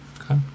Okay